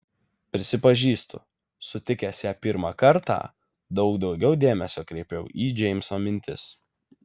prisipažįstu sutikęs ją pirmą kartą daug daugiau dėmesio kreipiau į džeimso mintis